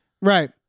right